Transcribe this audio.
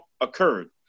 occurred